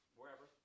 wherever